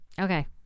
Okay